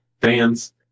fans